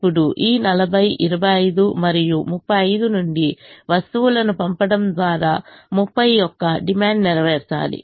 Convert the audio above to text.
ఇప్పుడు ఈ 40 25 మరియు 35 నుండి వస్తువులను పంపడం ద్వారా 30 యొక్క డిమాండ్ నెరవేర్చాలి